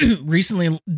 recently